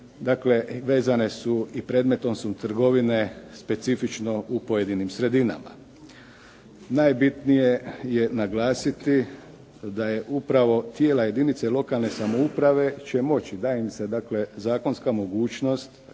dakle, i vezane su i predmetom su trgovine specifično u pojedinim sredinama. Najbitnije je naglasiti da je upravo tijela jedinica lokalne samouprave će moći, daje im se dakle, zakonska mogućnost